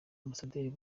ambasaderi